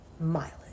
mileage